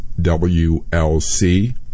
WLC